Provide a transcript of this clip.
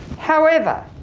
however!